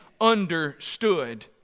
understood